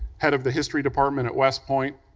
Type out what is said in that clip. head of the history department at west point,